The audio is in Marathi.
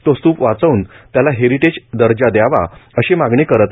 तो स्तूप वाचवून त्याला हेरिटेज दर्जा द्यावा अशी मागणी करत